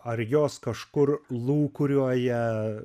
ar jos kažkur lūkuriuoja